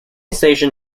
station